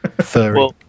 Furry